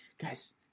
Guys